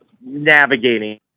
navigating